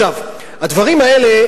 הדברים האלה,